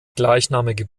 gleichnamige